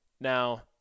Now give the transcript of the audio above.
Now